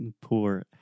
poor